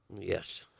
Yes